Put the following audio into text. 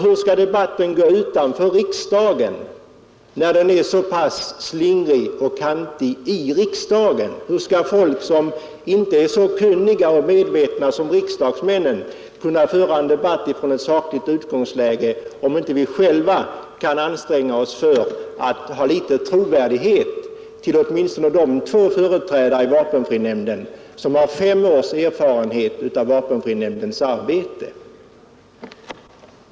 Hur skulle debatten då föras utanför riksdagen, när den är så pass slingrig och kantig i riksdagen, hur skall de som inte är så kunniga och medvetna som riksdagsmännen kunna föra en debatt ifrån ett sakligt utgångsläge, om inte vi själva kan anstränga oss att finna litet trovärdighet hos åtminstone de två företrädare i vapenfrinämnden som har fem års erfarenhet av vapenfrinämndens arbete?